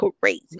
crazy